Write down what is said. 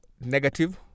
negative